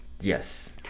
Yes